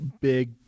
big